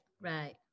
right